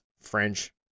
French